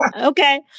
Okay